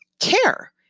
care